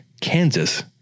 Kansas